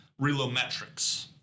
ReloMetrics